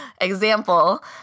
example